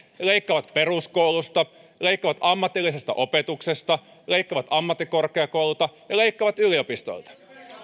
leikkaavat peruskoulutuksesta leikkaavat ammatillisesta opetuksesta leikkaavat ammattikorkeakouluilta ja leikkaavat yliopistoilta